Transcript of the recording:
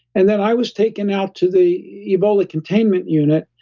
and then i was taken out to the ebola containment unit,